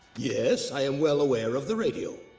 yes, i am well aware of the radio.